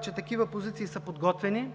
че такива позиции са подготвени